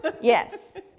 Yes